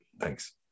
Thanks